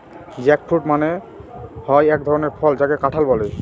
jackfruit মানে হয় এক ধরনের ফল যাকে কাঁঠাল বলে